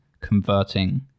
converting